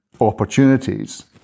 opportunities